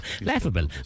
laughable